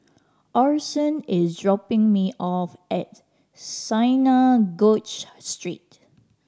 Orson is dropping me off at Synagogue Street